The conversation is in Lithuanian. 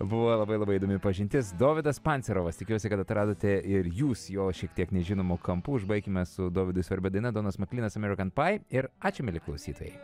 buvo labai labai įdomi pažintis dovydas pancerovas tikiuosi kad atradote ir jūs jo šiek tiek nežinomų kampų užbaikime su dovydui svarbia daina donas maklynas amerikan pai ir ačiū mieli klausytojai